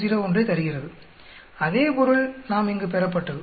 2401 ஐ தருகிறது அதே பொருள் நாம் இங்கு பெறப்பட்டது